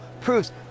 proves